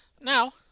Now